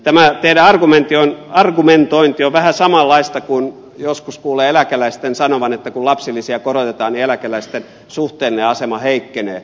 tämä teidän argumentointinne on vähän samanlaista kuin joskus kuulee eläkeläisten sanovan että kun lapsilisiä korotetaan niin eläkeläisten suhteellinen asema heikkenee